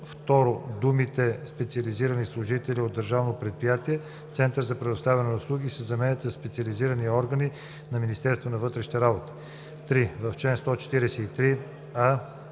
второ думите „специализирани служители на Държавно предприятие „Център за предоставяне на услуги“ се заменят със „специализираните органи на Министерството на вътрешните работи“. 3. В чл. 143: